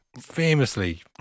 famously